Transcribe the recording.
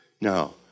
No